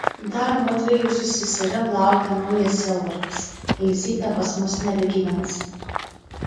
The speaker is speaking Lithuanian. dar mudviejų su seserim laukia naujas sielvartas elzytė pas mus nebegyvens